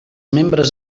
membres